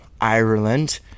Ireland